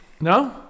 No